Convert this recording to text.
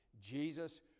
Jesus